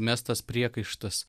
mestas priekaištas